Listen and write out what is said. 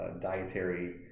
dietary